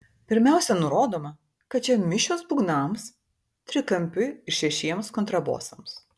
pirmiausia nurodoma kad čia mišios būgnams trikampiui ir šešiems kontrabosams